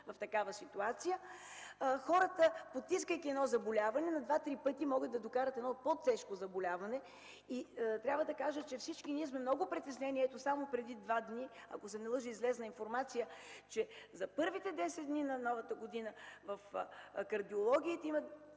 в такава ситуация, хората подтискайки едно заболяване на два-три пъти, да не докарат едно по-тежко заболяване. Трябва да кажа, че всички ние сме много притеснени. Ето, само преди 2 дни, ако не се лъжа, излезе информация, че за първите 10 дни на Новата година, в кардиологиите имат